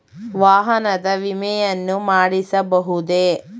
ವಾಹನದ ವಿಮೆಯನ್ನು ಮಾಡಿಸಬಹುದೇ?